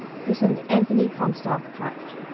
christened anthony comstock patch.